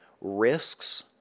risks